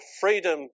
freedom